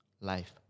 life